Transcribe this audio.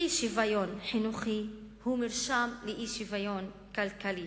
אי-שוויון חינוכי הוא מרשם לאי-שוויון כלכלי,